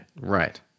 Right